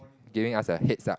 giving us a heads up